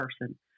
person